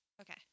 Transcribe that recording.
Okay